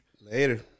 Later